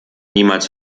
niemals